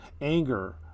Anger